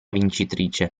vincitrice